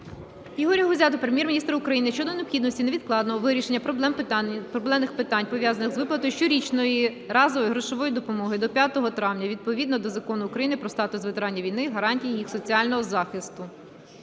Ігоря Гузя до Прем'єр-міністра України щодо необхідності невідкладного вирішення проблемних питань пов'язаних з виплатою щорічної разової грошової допомоги до 5 травня, відповідно до Закону України "Про статус ветеранів війни, гарантії їх соціального захисту".